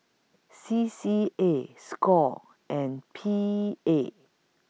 C C A SCORE and P A